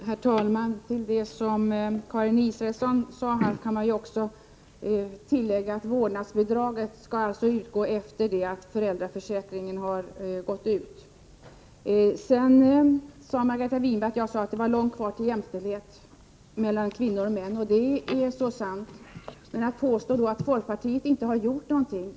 Herr talman! Till det som Karin Israelsson sade kan man också tillägga att vårdnadsbidraget skall utgå efter det att föräldraförsäkringen löpt ut. Margareta Winberg sade att jag sagt att det var långt kvar till jämställdhet mellan kvinnor och män. Det är så sant. Men hon påstod att folkpartiet inte har gjort någonting.